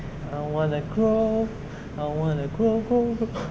I want to grow I want to grow grow grow